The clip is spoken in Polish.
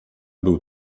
był